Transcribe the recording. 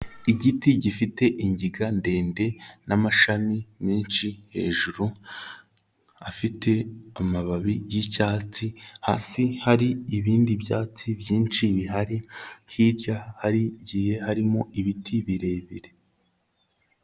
Igiti gifite ingiga ndende n'amashami menshi hejuru, afite amababi y'icyatsi, hasi hari ibindi byatsi byinshi bihari, hirya hagiye harimo ibiti birebire.